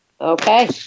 Okay